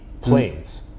planes